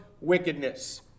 wickedness